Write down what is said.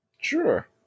Sure